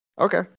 Okay